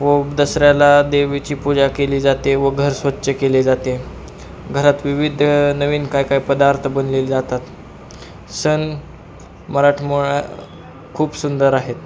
व दसऱ्याला देवीची पूजा केली जाते व घर स्वच्छ केले जाते घरात विविध नवीन काय काय पदार्थ बनलेले जातात सण मराठमोळा खूप सुंदर आहेत